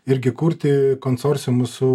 irgi kurti konsorciumus su